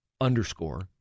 underscore